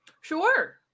Sure